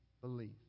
belief